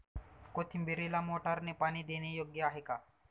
कोथिंबीरीला मोटारने पाणी देणे योग्य आहे का?